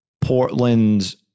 Portland's